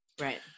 Right